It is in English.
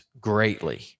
greatly